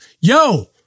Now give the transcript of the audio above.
Yo